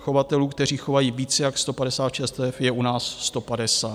Chovatelů, kteří chovají více jak 150 včelstev, je u nás 150.